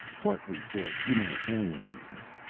partly for humanitarian reasons,